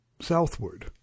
southward